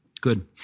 Good